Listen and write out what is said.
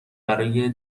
برای